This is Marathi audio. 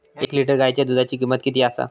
एक लिटर गायीच्या दुधाची किमंत किती आसा?